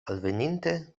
alveninte